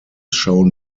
shown